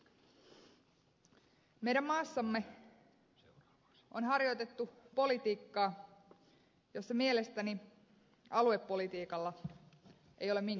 meidän maassamme on harjoitettu politiikkaa jossa mielestäni aluepolitiikalla ei ole minkäänlaista sijaa